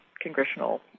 Congressional